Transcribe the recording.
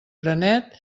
granet